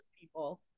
people